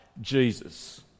Jesus